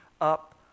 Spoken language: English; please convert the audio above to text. up